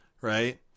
Right